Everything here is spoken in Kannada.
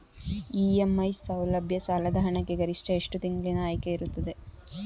ಇ.ಎಂ.ಐ ಸೌಲಭ್ಯ ಸಾಲದ ಹಣಕ್ಕೆ ಗರಿಷ್ಠ ಎಷ್ಟು ತಿಂಗಳಿನ ಆಯ್ಕೆ ಇರುತ್ತದೆ?